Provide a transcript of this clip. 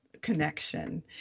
connection